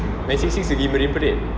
nine six six gi marine parade